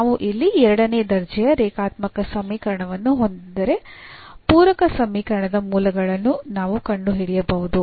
ನಾವು ಇಲ್ಲಿ ಎರಡನೇ ದರ್ಜೆಯ ರೇಖಾತ್ಮಕ ಸಮೀಕರಣವನ್ನು ಹೊಂದಿದ್ದರೆ ಪೂರಕ ಸಮೀಕರಣದ ಮೂಲಗಳನ್ನು ನಾವು ಕಂಡುಹಿಡಿಯಬಹುದು